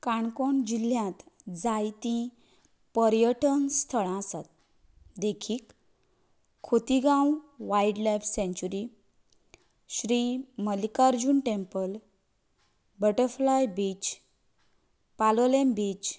काणकोण जिल्ल्यांत जायतीं पर्यटन स्थळां आसात देखीक Khotigao wildlife sanctuary Shri Mallikarjun temple butterfly beach Palolem beach